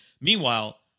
Meanwhile